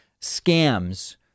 scams